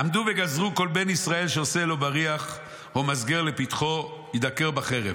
"עמדו וגזרו כל בן ישראל שעושה לו בריח או מסגר לפתחו יידקר בחרב"